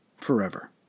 forever